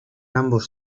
ambos